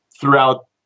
throughout